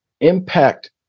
impact